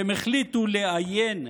והם החליטו לאיין,